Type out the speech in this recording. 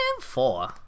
four